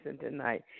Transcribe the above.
tonight